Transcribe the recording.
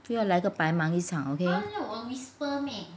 不要来一个白忙一场 okay